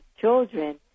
children